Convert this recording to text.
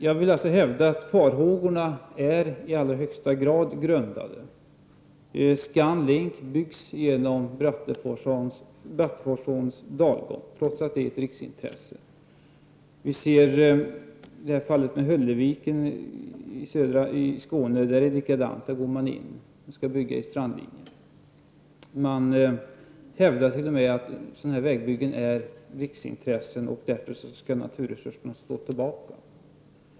Jag vill således hävda att farhågorna i allra högsta grad är grundade. Scan Link byggs genom Bratteforsåns dalgång, trots att det är ett riksintresse. I fallet med Hölleviken i Skåne är det likadant. Där går man in och skall bygga i strandlinjen. Man hävdar t.o.m. att sådana här vägbyggen har riksintresse och därför skall naturresurser stå tillbaka.